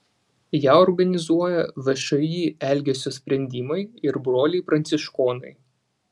ją organizuoja všį elgesio sprendimai ir broliai pranciškonai